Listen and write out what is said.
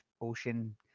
ocean